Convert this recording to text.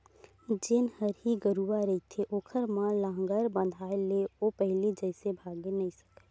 जेन हरही गरूवा रहिथे ओखर म लांहगर बंधाय ले ओ पहिली जइसे भागे नइ सकय